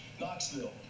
Knoxville